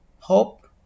Hope